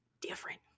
Different